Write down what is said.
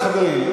בסדר, חברים?